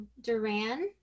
Duran